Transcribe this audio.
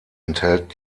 enthält